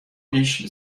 پیش